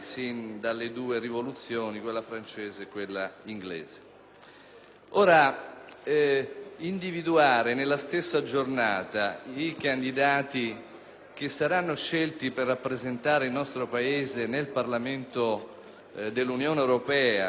Ora, individuare nella stessa giornata i candidati che saranno scelti per rappresentare il nostro Paese nel Parlamento dell'Unione europea e negli organi di Governo delle autonomie locali